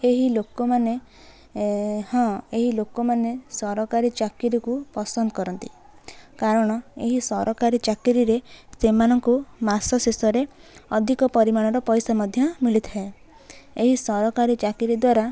ଏହି ଲୋକମାନେ ହଁ ଏହି ଲୋକମାନେ ସରକାରୀ ଚାକିରିକୁ ପସନ୍ଦ କରନ୍ତି କାରଣ ଏହି ସରକାରୀ ଚାକିରିରେ ସେମାନଙ୍କୁ ମାସ ଶେଷରେ ଅଧିକ ପରିମାଣର ପଇସା ମଧ୍ୟ ମିଳିଥାଏ ଏହି ସରକାରୀ ଚାକିରି ଦ୍ଵାରା